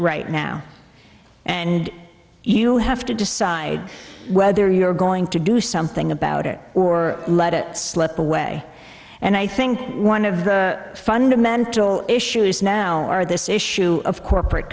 right now and you have to just i whether you're going to do something about it or let it slip away and i think one of the fundamental issues now are this issue of corporate